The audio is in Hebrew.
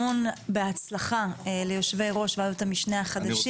המון בהצלחה ליושבי הראש ועדת המשנה החדשים.